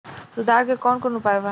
सुधार के कौन कौन उपाय वा?